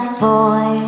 boy